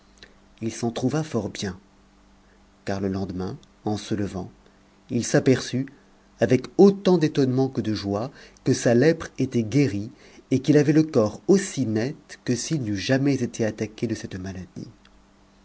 il s'en trouva fort bien car le lendemain en se levant il s'aperçut avec autant d'étonnement que de joie que sa lèpre était guérie et qu'il avait le corps aussi net que s'il n'eût jamais été attaqué de cette maladie